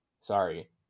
Sorry